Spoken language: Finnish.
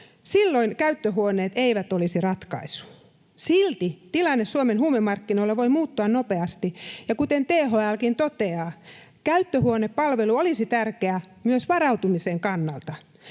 Silloin käyttöhuoneet eivät olisi ratkaisu. Silti tilanne Suomen huumemarkkinoilla voi muuttua nopeasti, ja kuten THL:kin toteaa, käyttöhuonepalvelu olisi tärkeä myös varautumisen kannalta.